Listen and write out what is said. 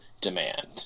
demand